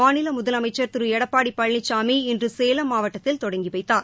மாநில முதலமைச்சர் திரு எடப்பாடி பழனிசாமி இன்று சேலம் மாவட்டத்தில் தொடங்கிவைத்தார்